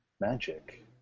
Magic